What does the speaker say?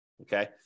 Okay